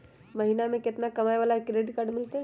महीना में केतना कमाय वाला के क्रेडिट कार्ड मिलतै?